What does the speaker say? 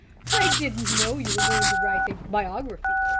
i didn't know you were going to write a biography.